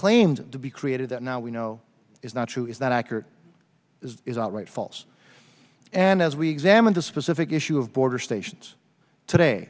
claimed to be created that now we know is not true is that accurate is outright false and as we examine the specific issue of border stations today